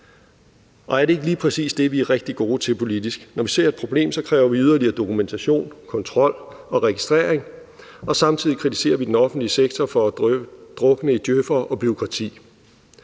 Og er det ikke lige præcis det, vi er rigtig gode til politisk? Når vi ser et problem, kræver vi yderligere dokumentation, kontrol og registrering, og samtidig kritiserer vi den offentlige sektor for at drukne i djøf'ere og bureaukrati.